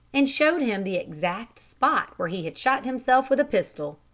and showed him the exact spot where he had shot himself with a pistol.